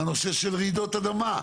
הנושא של רעידות אדמה,